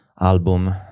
album